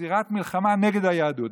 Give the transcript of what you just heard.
לזירת מלחמה נגד היהדות,